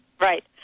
right